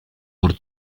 por